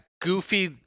goofy